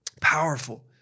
powerful